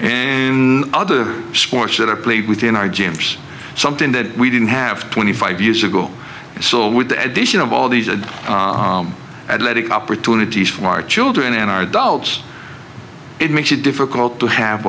and other sports that are played within our gyms something that we didn't have twenty five years ago so with the addition of all these are at letting opportunities for our children and our adults it makes it difficult to have